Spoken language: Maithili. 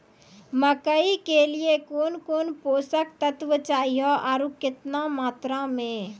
मकई के लिए कौन कौन पोसक तत्व चाहिए आरु केतना मात्रा मे?